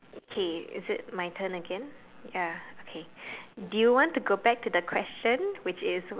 okay is it my turn again ya okay do you want to go back to the question which is